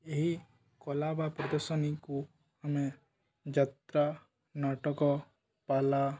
ଏହି କଳା ବା ପ୍ରଦର୍ଶନୀକୁ ଆମେ ଯାତ୍ରା ନାଟକ ପାଲା